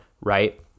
right